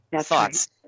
thoughts